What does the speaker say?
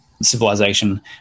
civilization